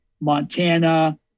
Montana